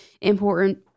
important